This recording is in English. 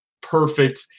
perfect